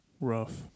Rough